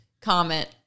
comment